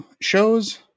shows